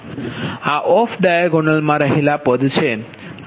તેથી આ off diagonal મા રહેલા પદ છે